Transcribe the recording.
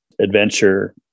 adventure